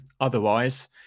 Otherwise